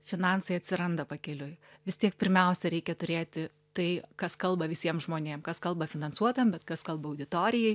finansai atsiranda pakeliui vis tiek pirmiausia reikia turėti tai kas kalba visiem žmonėm kas kalba finansuotojam bet kas kalba auditorijai